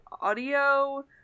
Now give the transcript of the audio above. audio